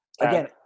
again